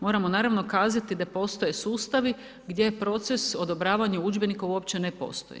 Moramo naravno kazati da postoje sustavi gdje proces odobravanja udžbenika uopće ne postoje.